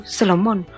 Salomon